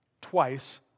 twice